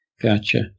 Gotcha